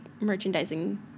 merchandising